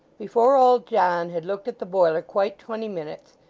before old john had looked at the boiler quite twenty minutes,